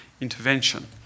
intervention